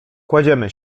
kładziemy